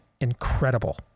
incredible